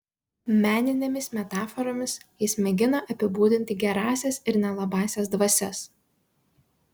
meninėmis metaforomis jis mėgina apibūdinti gerąsias ir nelabąsias dvasias